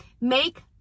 make